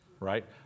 right